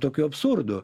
tokių absurdų